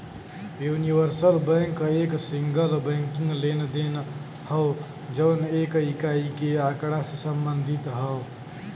universal bank एक single banking लेनदेन हौ जौन एक इकाई के आँकड़ा से संबंधित हौ